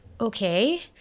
okay